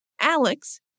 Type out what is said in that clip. Alex